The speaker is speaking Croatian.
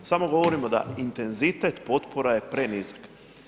Samo govorimo da intenzitet potpora je prenizak.